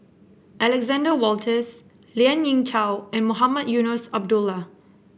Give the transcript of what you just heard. Alexander Wolters Lien Ying Chow and Mohamed Eunos Abdullah